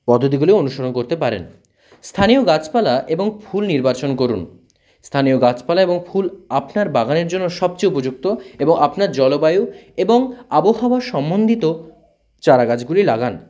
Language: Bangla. পদ্ধতিগুলো অনুসরণ করতে পারেন স্থানীয় গাছপালা এবং ফুল নির্বাচন করুন স্থানীয় গাছপালা এবং ফুল আপনার বাগানের জন্য সবচেয়ে উপযুক্ত এবং আপনার জলবায়ু এবং আবহাওয়া সম্বন্ধিত চারাগাছগুলি লাগান